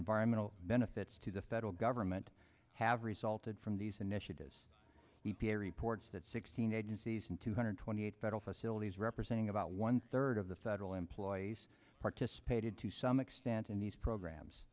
environmental benefits to the federal government have resulted from these initiatives e p a reports that sixteen agencies in two hundred twenty eight federal facilities representing about one third of the federal employees participated to some extent in these programs